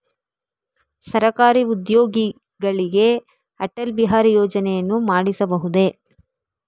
ಸರಕಾರಿ ಉದ್ಯೋಗಿಗಳಿಗೆ ಅಟಲ್ ಬಿಹಾರಿ ಯೋಜನೆಯನ್ನು ಮಾಡಿಸಬಹುದೇ?